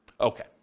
Okay